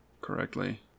correctly